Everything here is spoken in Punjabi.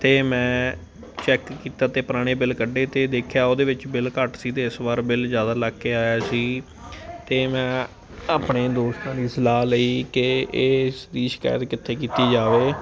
ਅਤੇ ਮੈਂ ਚੈੱਕ ਕੀਤਾ ਅਤੇ ਪੁਰਾਣੇ ਬਿੱਲ ਕੱਢੇ ਅਤੇ ਦੇਖਿਆ ਉਹਦੇ ਵਿੱਚ ਬਿੱਲ ਘੱਟ ਸੀ ਅਤੇ ਇਸ ਵਾਰ ਬਿੱਲ ਜ਼ਿਆਦਾ ਲੱਗ ਕੇ ਆਇਆ ਸੀ ਅਤੇ ਮੈਂ ਆਪਣੇ ਦੋਸਤਾਂ ਦੀ ਸਲਾਹ ਲਈ ਕਿ ਇਸਦੀ ਸ਼ਿਕਾਇਤ ਕਿੱਥੇ ਕੀਤੀ ਜਾਵੇ